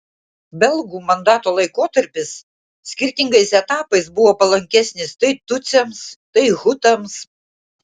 belgų mandato laikotarpis skirtingais etapais buvo palankesnis tai tutsiams tai hutams